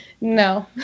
No